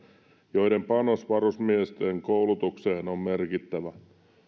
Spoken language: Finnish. joiden panos varusmiesten koulutuksessa on merkittävä